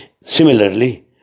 Similarly